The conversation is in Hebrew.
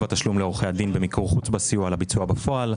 התשלום לעורכי הדין במיקור חוץ בסיוע לביצוע בפועל,